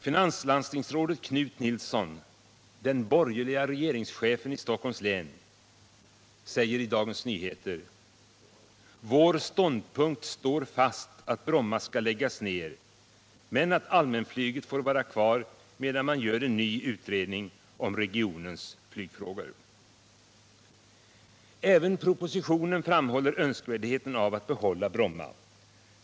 Finanslandstingsrådet Knut Nilsson, den borgerlige regeringschefen i Stockholms län, säger i Dagens Nyheter: ”Vår ståndpunkt står fast att Bromma skall läggas ner, men att allmänflyget får vara kvar, medan man gör en ny, stor utredning om regionens flygplatsfrågor.” Även i propositionen framhålls önsk värdheten av att behålla Bromma.